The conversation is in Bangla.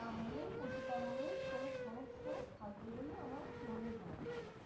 তাহলে পশুপালনের কোনো সমস্যা থাকবে বলে আমার মনে হয় না